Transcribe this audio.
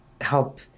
help